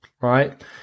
right